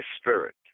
Spirit